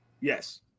Yes